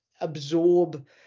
absorb